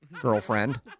girlfriend